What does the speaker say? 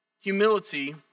Humility